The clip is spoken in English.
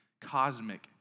cosmic